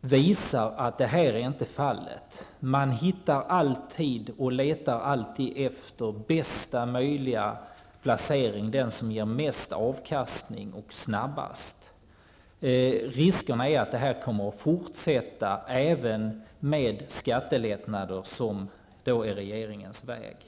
visar att det här inte är lösningen. Man vill alltid hitta och leta efter bästa möjliga placeringar, sådana som ger mest avkastning och snabbast. Risken finns att detta kommer att fortsätta även med skattelättnader, som då är regeringens väg.